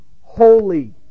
holy